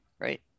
Right